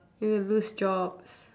you lose jobs